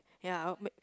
ya I'll make